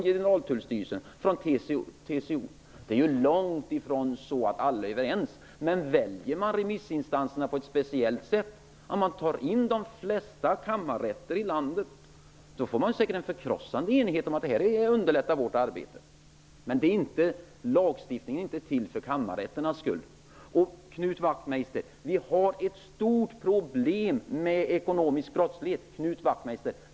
Det är långt ifrån så att alla är överens. Men väljer man remissinstanserna på ett speciellt sätt, tar man in svar från de flesta kammarrätter i landet, får man säkert en förkrossande enighet om att detta underlättar arbetet. Men lagstiftningen är inte till för kammarrätternas skull. Och, Knut Wachtmeister, vi har ett stort problem med ekonomisk brottslighet.